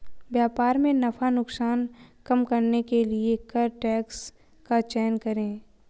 व्यापार में नफा नुकसान कम करने के लिए कर टैरिफ का चयन करे